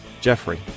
Jeffrey